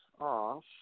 off